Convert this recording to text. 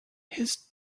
his